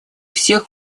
всех